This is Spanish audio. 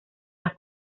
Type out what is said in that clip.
las